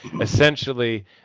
essentially